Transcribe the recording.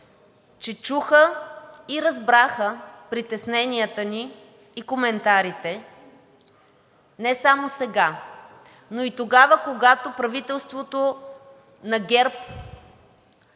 че чуха и разбраха притесненията ни и коментарите не само сега, но и тогава, когато правителството на ГЕРБ